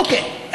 אוקיי.